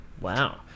Wow